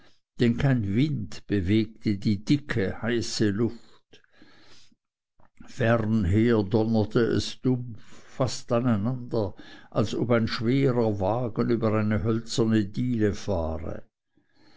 denn kein wind bewegte die dicke heiße luft fernher donnerte es dumpf fast aneinander als ob ein schwerer wagen über eine hölzerne diele fahre